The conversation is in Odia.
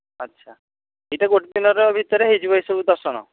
ଆଚ୍ଛା ଏଇଟା ଗୋଟେ ଦିନର ଭିତରେ ହୋଇଯିବ ଏସବୁ ଦର୍ଶନ